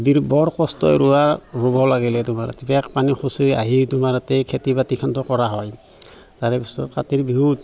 B বৰ কষ্ট ৰুৱা ৰুব লাগিলে তোমাৰ এক পানী খচি আহি তোমাৰ ইয়াতে খেতি বাতিখনতো কৰা হয় তাৰে পিছত কাতিৰ বিহুত